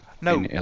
No